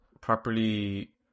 properly